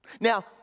Now